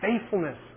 faithfulness